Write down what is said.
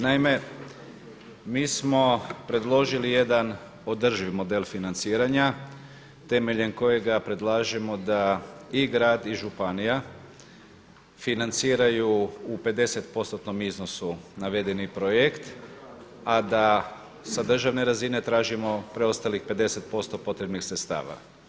Naime, mi smo predložili jedan održivi model financiranja temeljem kojega predlažemo da i grad i županije financiraju u 50%tnom iznosu navedeni projekt a da sa državne razine tražimo preostalih 50% potrebnih sredstava.